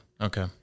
Okay